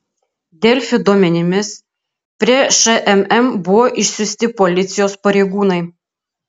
delfi duomenimis prie šmm buvo išsiųsti policijos pareigūnai